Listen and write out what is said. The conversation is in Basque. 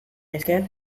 esker